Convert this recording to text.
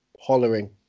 hollering